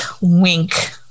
wink